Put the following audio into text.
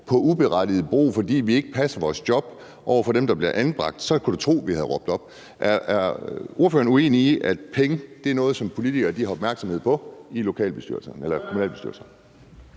uberettiget, fordi vi ikke passer vores job over for dem, der bliver anbragt, så kan du tro, vi havde råbt op. Er ordføreren uenig i, at penge er noget, som politikere har opmærksomhed på i kommunalbestyrelserne?